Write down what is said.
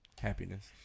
happiness